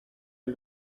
and